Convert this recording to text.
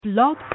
Blog